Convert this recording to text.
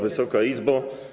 Wysoka Izbo!